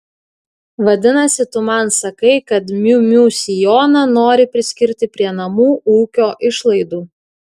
vadinasi tu man sakai kad miu miu sijoną nori priskirti prie namų ūkio išlaidų